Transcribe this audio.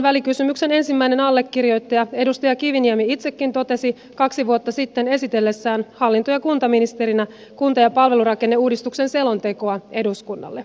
välikysymyksen ensimmäinen allekirjoittaja edustaja kiviniemi itsekin totesi tämän kaksi vuotta sitten esitellessään hallinto ja kuntaministerinä kunta ja palvelurakenneuudistuksen selontekoa eduskunnalle